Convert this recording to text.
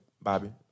Bobby